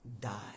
die